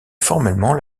formellement